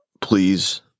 please